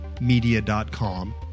Media.com